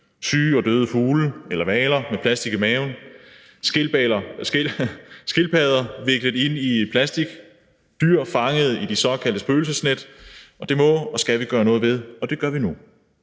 syge og døde fugle eller hvaler med plastik i maven, skildpadder viklet ind i plastik og dyr fanget i de såkaldte spøgelsesnet. Det må og skal vi gøre noget ved, og det gør vi nu.